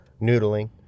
noodling